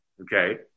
okay